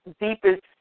deepest